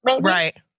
Right